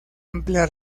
amplia